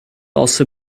also